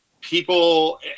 people